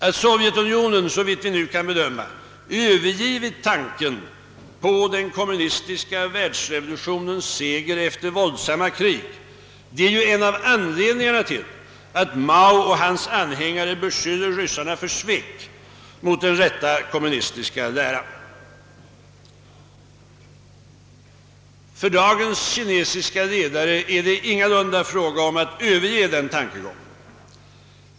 Att Sovjetunionen, såvitt vi nu kan bedöma, övergivit tanken på den kommunistiska världsrevolutionens seger efter våldsamma krig är en av anledningarna till att Mao och hans anhängare beskyller ryssarna för svek mot den rätta kommunistiska läran. För dagens kinesiska ledare är det ingalunda fråga om att överge den tankegången.